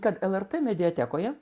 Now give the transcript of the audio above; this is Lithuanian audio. kad lrt mediatekoje